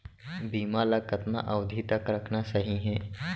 बीमा ल कतना अवधि तक रखना सही हे?